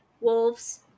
wolves